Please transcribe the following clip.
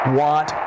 want